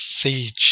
siege